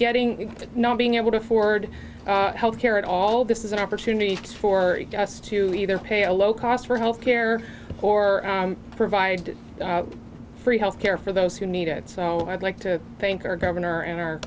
getting to not being able to afford health care at all this is an opportunity for us to either pay a low cost for health care or provide free health care for those who need it so i'd like to thank our governor and